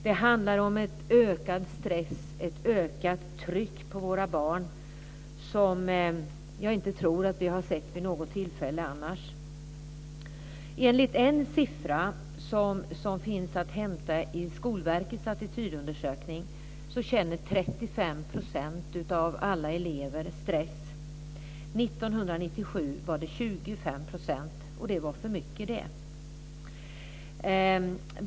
Det handlar om ökad stress och ett ökat tryck på våra barn, som jag inte tror att vi har sett vid något annat tillfälle. Enligt en siffra som finns att hämta i Skolverkets attitydundersökning känner 35 % av alla elever stress. År 1997 var det 25 %. Det var för mycket då.